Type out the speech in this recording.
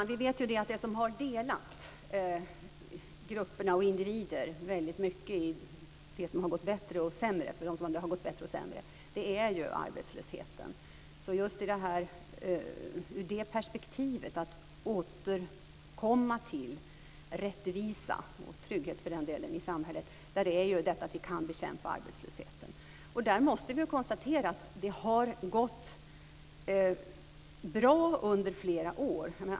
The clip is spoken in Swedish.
Fru talman! Vi vet att det som har delat grupperna och individerna väldigt mycket i fråga om för vem det har gått bättre eller sämre är arbetslösheten. I det perspektivet är det, för att återkomma till rättvisa och trygghet för den delen i samhället, viktigt att vi kan bekämpa arbetslösheten. Där måste vi konstatera att det har gått bra under flera år.